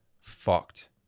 fucked